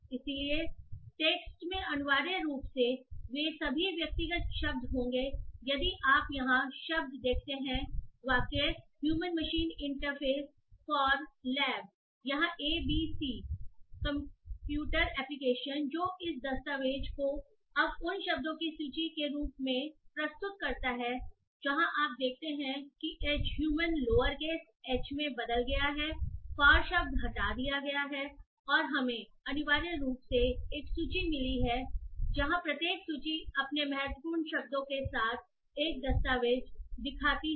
इसलिए टेक्स्ट में अनिवार्य रूप से वे सभी व्यक्तिगत शब्द होंगेयदि आप यहाँ शब्द देखते हैं वाक्य " human machine interface for lab" यहाँ A B C computer application जो उस दस्तावेज़ को अब उन शब्दों की सूची के रूप में प्रस्तुत करता है जहाँ आप देखते हैं कि H ह्यूमन लोअरकेस h में बदल गया है फॉर शब्द हटा दिया गया है और हमें अनिवार्य रूप से एक सूची मिली है जहां प्रत्येक सूची अपने महत्वपूर्ण शब्दों के साथ एक दस्तावेज़ दिखाती है